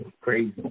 Crazy